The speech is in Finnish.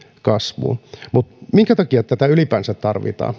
kasvuun mutta minkä takia tätä ylipäänsä tarvitaan